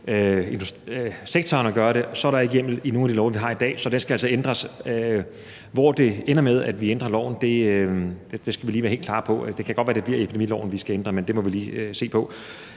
sektoren at gøre det, er der ikke hjemmel i nogen af de love, vi har i dag. Så det skal altså ændres. Hvor det ender med, at vi ændrer loven, skal vi lige være helt klare på. Det kan godt være, at det bliver epidemiloven, vi skal ændre, men det må vi lige se på.